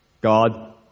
god